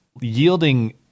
yielding